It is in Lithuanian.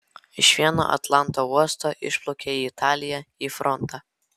iš vieno atlanto uosto išplaukia į italiją į frontą